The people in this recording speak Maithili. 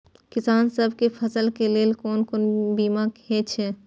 किसान सब के फसल के लेल कोन कोन बीमा हे छे?